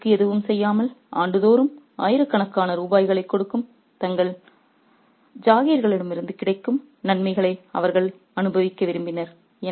பதிலுக்கு எதுவும் செய்யாமல் ஆண்டுதோறும் ஆயிரக்கணக்கான ரூபாய்களைக் கொடுக்கும் தங்கள் ஜாகீர்களிடமிருந்து கிடைக்கும் நன்மைகளை அவர்கள் அனுபவிக்க விரும்பினர்